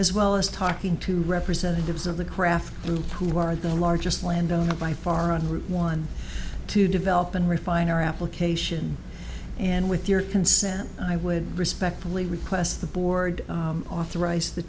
as well as talking to representatives of the craft group who are the largest landowner by foreign route one to develop and refine our application and with your consent i would respectfully request the board authorized the